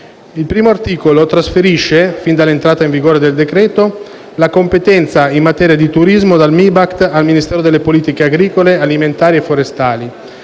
Il primo trasferisce, sin dalla entrata in vigore del decreto-legge, la competenza in materia di turismo dal MIBACT al Ministero delle politiche agricole, alimentari e forestali;